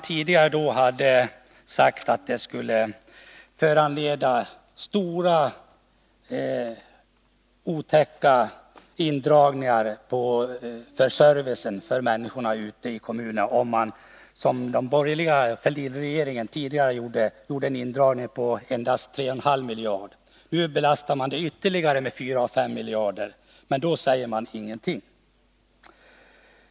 Tidigare sade de att det skulle föranleda stora, otäcka indragningar av servicen för människorna ute i kommunerna, om man, som Fälldinregeringen tidigare ville, gjorde en indragning på endast 3,5 miljarder. Nu belastas de med ytterligare 4-5 miljarder, men då säger man ingenting.